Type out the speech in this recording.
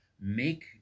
make